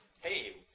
hey